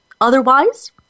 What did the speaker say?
Otherwise